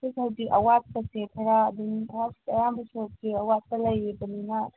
ꯍꯧꯖꯤꯛꯐꯥꯎꯗꯤ ꯑꯋꯥꯠꯄꯁꯦ ꯈꯔ ꯑꯗꯨꯝ ꯑꯌꯥꯝꯕ ꯁꯔꯨꯛꯇꯤ ꯑꯋꯥꯠꯄ ꯂꯩꯔꯤꯕꯅꯤꯅ